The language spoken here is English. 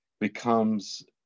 becomes